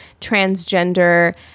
transgender